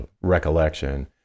recollection